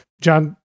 John